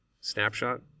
snapshot